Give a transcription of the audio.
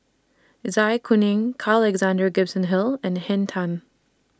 Zai Kuning Carl Alexander Gibson Hill and Henn Tan